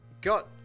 got